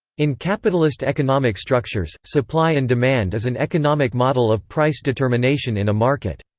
in capitalist economic structures, supply and demand is an economic model of price determination in a market.